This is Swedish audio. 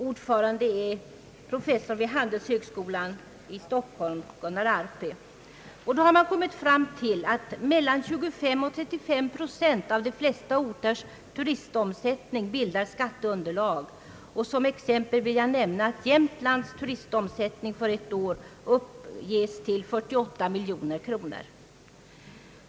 Ordförande är professorn vid handelshögskolan i Stockholm Gunnar Arpi. Därvid har man kommit fram till att mellan 25 och 35 procent av de flesta orters turistomsättning bildar skatteunderlag. Som exempel vill jag nämna att Jämtlands turistomsättning för ett år uppgick till 48 miljoner kronor.